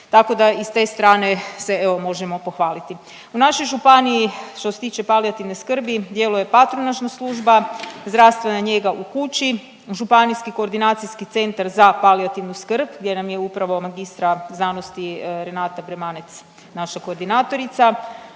Tako da i s te strane se evo možemo pohvaliti. U našoj županiji što se tiče palijativne skrbi djeluje patronažna služba, zdravstvena njega u kući, Županijski koordinacijski centar za palijativnu skrb gdje nam je upravo magistra znanosti Renata Bremanec naša koordinatorica,